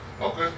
Okay